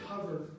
cover